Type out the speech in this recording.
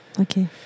Okay